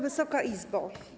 Wysoka Izbo!